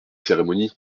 cérémonie